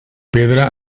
pedra